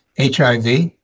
HIV